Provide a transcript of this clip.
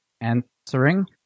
answering